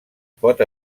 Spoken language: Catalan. pot